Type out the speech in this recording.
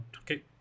Okay